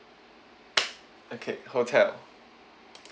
okay hotel